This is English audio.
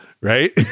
Right